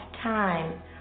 time